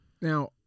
Now